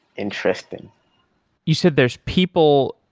interesting you said there's people